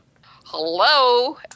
Hello